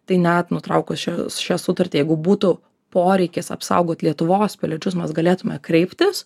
tai net nutraukus šią sutartį jeigu būtų poreikis apsaugot lietuvos piliečius mes galėtume kreiptis